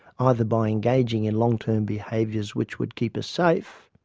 either by engaging in long-term behaviours which would keep us safe,